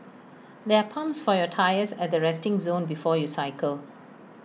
there are pumps for your tyres at the resting zone before you cycle